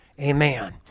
Amen